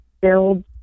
build